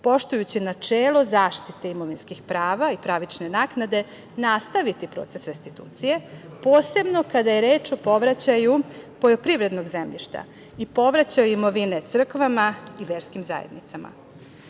poštujući načelo zaštite imovinskih prava i pravične naknade, nastaviti proces restitucije, posebno kada je reč o povraćaju poljoprivrednog zemljišta i povraćaju imovine crkvama i verskim zajednicama. Koliki